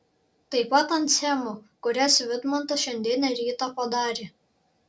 taip pat ant schemų kurias vidmantas šiandien rytą padarė